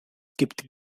gibt